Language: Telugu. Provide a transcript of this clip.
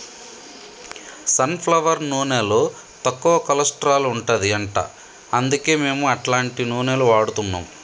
సన్ ఫ్లవర్ నూనెలో తక్కువ కొలస్ట్రాల్ ఉంటది అంట అందుకే మేము అట్లాంటి నూనెలు వాడుతున్నాం